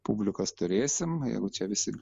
publikos turėsim jeigu čia visi